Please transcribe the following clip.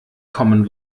common